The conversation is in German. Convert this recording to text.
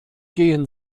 gehen